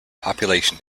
population